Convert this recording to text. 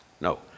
No